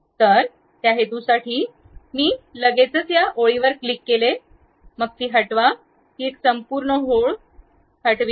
त्या हेतूसाठी मी लगेचच त्या ओळीवर क्लिक केले तर ते हटवा ती एक संपूर्ण ओळ हटवते